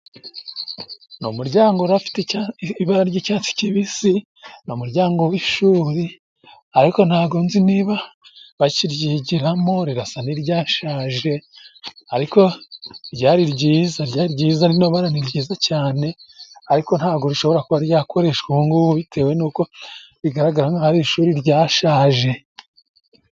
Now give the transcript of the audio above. Ni umuryango urafite ibara ry'icyatsi kibisi, ni umuryango w'ishuri ariko ntabwo nzi niba bakiryigiramo, rirasa n'iryashaje ariko ryari ryiza, ryari ryiza n'ubu ni ryiza cyane ariko ntabwo rishobora kuba ryakoreshwa ubu ng'ubu bitewe n'uko bigaragara nk'aho ari ishuri ryashaje.